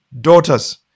daughters